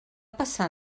passar